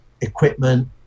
equipment